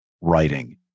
writing